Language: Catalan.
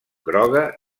groga